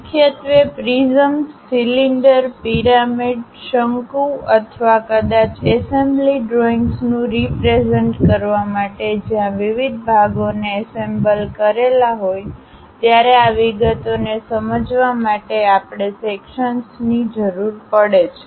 મુખ્યત્વે prisms cylinder pyramid શંકુ અથવા કદાચ એસેમ્બલી ડ્રોઇંગ્સ નું રીપ્રેઝન્ટ કરવા માટે જ્યાં વિવિધ ભાગો ને એસેમ્બલ કરેલા હોય ત્યારે આ વિગતોનેસમજવા માટે આપણે સેક્શન્સવિભાગો ની જરૂર પડે છે